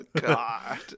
god